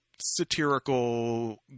satirical